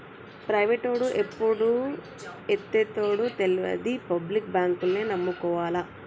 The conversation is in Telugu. ప్రైవేటోడు ఎప్పుడు ఎత్తేత్తడో తెల్వది, పబ్లిక్ బాంకుల్నే నమ్ముకోవాల